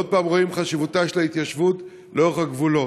עוד פעם רואים את חשיבותה של ההתיישבות לאורך הגבולות.